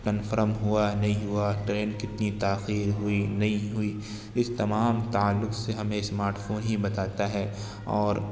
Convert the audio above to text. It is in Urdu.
کنفرم ہوا نہیں ہوا ٹرین کتنی تاخیر ہوئی نہیں ہوئی اس تمام تعلق سے ہمیں اسمارٹ فون ہی بتاتا ہے اور